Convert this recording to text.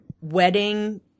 wedding